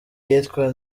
iyitwa